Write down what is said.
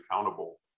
accountable